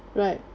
right